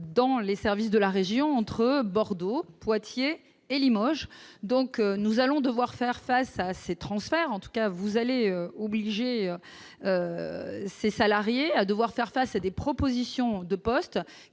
dans les services de la région entre Bordeaux et Poitiers et Limoges, donc nous allons devoir faire face à ces transferts en tout cas vous allez obliger ses salariés à devoir faire face à des propositions de postes